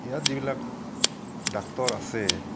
ইয়াত যিবিলাক ডাক্তৰ আছে